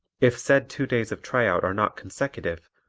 if said two days of tryout are not consecutive,